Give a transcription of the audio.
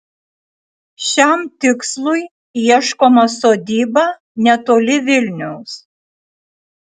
šiam tikslui ieškoma sodyba netoli vilniaus